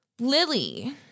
Lily